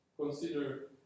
consider